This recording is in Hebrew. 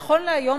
"נכון להיום,